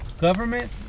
Government